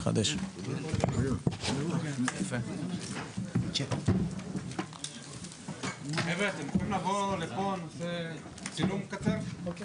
12:37.